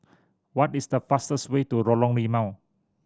what is the fastest way to Lorong Limau